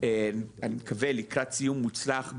אני מקווה לקראת סיום מוצלח,